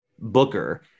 Booker